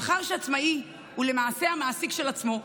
מאחר שעצמאי הוא למעשה המעסיק של עצמו,